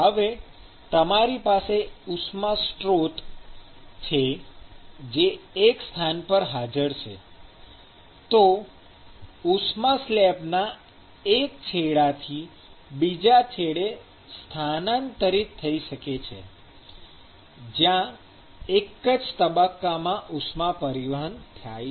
હવે તમારી પાસે ઉષ્મા સ્ત્રોત છે જે એક સ્થાન પર હાજર છે તો ઉષ્મા સ્લેબના એક છેડાથી બીજા છેડે સ્થાનાંતરિત થઈ શકે છે જ્યાં એક જ તબક્કામાં ઉષ્મા પરિવહન થાય છે